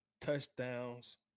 touchdowns